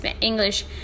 English